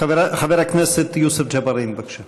חבר הכנסת יוסף ג'בארין, בבקשה.